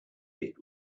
did